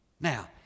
now